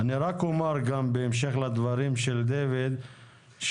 אני רק אומר בהמשך לדברים של דוד שכל